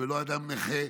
ולא "אדם נכה".